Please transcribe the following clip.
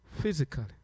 physically